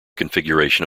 configuration